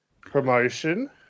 promotion